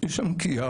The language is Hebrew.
ויש שם קיארה.